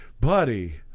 buddy